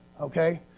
okay